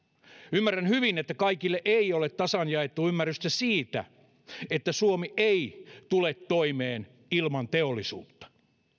ymmärrän hyvin että kaikille ei ole tasan jaettu ymmärrystä siitä että suomi ei tule toimeen ilman teollisuutta